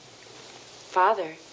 Father